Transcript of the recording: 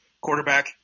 Quarterback